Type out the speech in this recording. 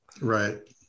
right